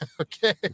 Okay